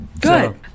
Good